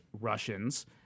Russians